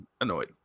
annoyed